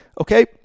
okay